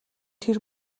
тэр